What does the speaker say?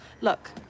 Look